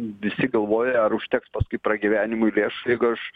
visi galvoja ar užteks paskui pragyvenimui lėšų jeigu aš